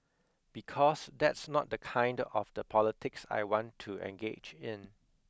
because that's not the kind of the politics I want to engage in